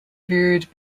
veered